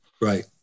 Right